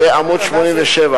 בספר החוקים התשע"א,